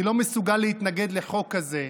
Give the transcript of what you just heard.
אני לא מסוגל להתנגד לחוק כזה,